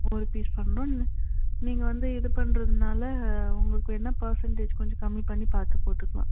ஒரு பீஸ் பண்ணணும் இல்லை நீங்கள் வந்து இது பண்ணுறதுனால உங்களுக்கு என்ன பர்சன்டேஜ் கொஞ்சம் கம்மி பண்ணி பார்த்து போட்டுக்கலாம்